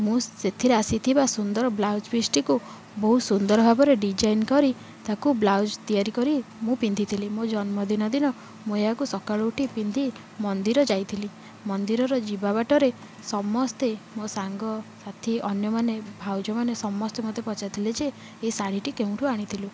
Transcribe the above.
ମୁଁ ସେଥିରେ ଆସିଥିବା ସୁନ୍ଦର ବ୍ଲାଉଜ ପିସଟିକୁ ବହୁତ ସୁନ୍ଦର ଭାବରେ ଡିଜାଇନ କରି ତାକୁ ବ୍ଲାଉଜ ତିଆରି କରି ମୁଁ ପିନ୍ଧିଥିଲି ମୋ ଜନ୍ମଦିନ ଦିନ ମୁଁ ଏହାକୁ ସକାଳୁ ଉଠି ପିନ୍ଧି ମନ୍ଦିର ଯାଇଥିଲି ମନ୍ଦିରର ଯିବା ବାଟରେ ସମସ୍ତେ ମୋ ସାଙ୍ଗ ସାଥି ଅନ୍ୟମାନେ ଭାଉଜ ମାନେ ସମସ୍ତେ ମୋତେ ପଚାରିଥିଲେ ଯେ ଏ ଶାଢ଼ୀଟି କେଉଁଠୁ ଆଣିଥିଲୁ